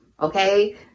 okay